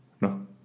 No